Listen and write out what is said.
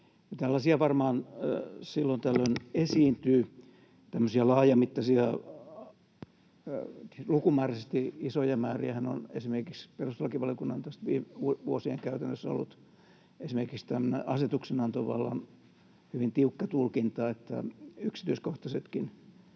Tällaisia varmaan silloin tällöin esiintyy, ja tämmöisiä laajamittaisia, lukumääräisesti isoja määriähän on perustuslakivaliokunnan käytännössä ollut esimerkiksi asetuksenantovallan hyvin tiukka tulkinta niin, että yksityiskohtaisetkin,